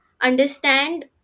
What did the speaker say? understand